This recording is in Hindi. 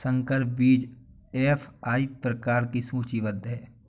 संकर बीज एफ.आई प्रकार में सूचीबद्ध है